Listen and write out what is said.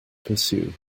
pursue